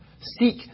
Seek